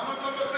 למה אתה מוותר?